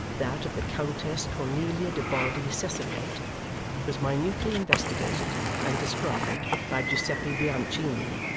that of the countess cornelia de baudi cesenate, was minutely investigated and described by giuseppe bianchini,